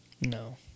No